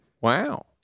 Wow